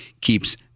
keeps